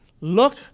Look